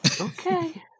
okay